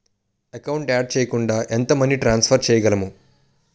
Account add చేయకుండా ఎంత money transfer చేయగలము?